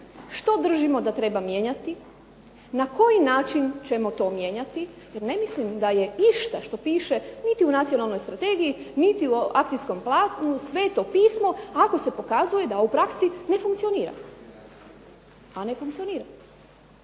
što držimo da treba mijenjati, na koji način ćemo to mijenjati, jer ne mislim da je išta što piše niti u Nacionalnoj strategiji niti u akcijskom planu Sveto pismo ako se pokazuje da u praksi ne funkcionira. A ne funkcionira.